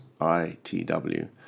ITW